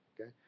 Okay